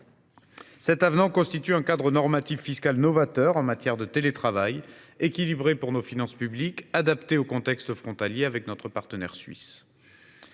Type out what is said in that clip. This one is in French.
Ce dernier offre donc un cadre normatif fiscal novateur en matière de télétravail, équilibré pour nos finances publiques et adapté au contexte frontalier avec notre partenaire suisse